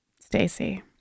Stacy